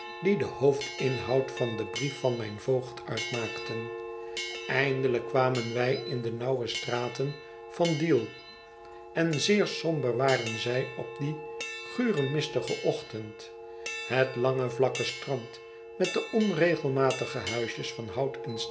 die den hoofdinhoud van den brief van mijn voogd uitmaakten eindelijk kwamen wij in de nauwe straten van deal en zeer somber waren zij op dien guren mistigen ochtend het lange vlakke strand met de onregelmatige huisjes van hout